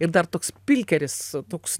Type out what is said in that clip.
ir dar toks pilkeris toks